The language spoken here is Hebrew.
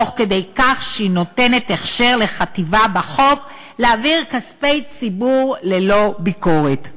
תוך כדי כך שהיא נותנת לחטיבה הכשר בחוק להעביר כספי ציבור ללא ביקורת.